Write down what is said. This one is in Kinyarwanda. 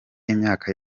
imyaka